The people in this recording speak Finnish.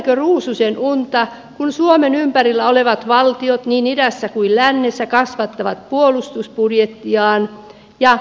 elämmekö ruususenunta kun suomen ympärillä olevat valtiot niin idässä kuin lännessä kasvattavat puolustusbudjettejaan ja me vähennämme